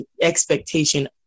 expectation